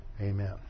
Amen